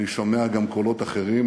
אני שומע גם קולות אחרים,